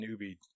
newbie